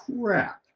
crap